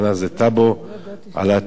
על האתרים הנוצריים בירושלים,